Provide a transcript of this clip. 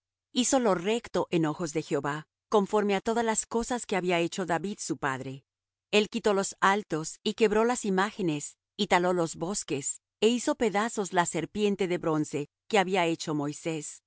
hizo lo recto en ojos de jehová conforme á todas las cosas que había hecho david su padre el quitó los altos y quebró las imágenes y taló los bosques é hizo pedazos la serpiente de bronce que había hecho moisés